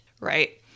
right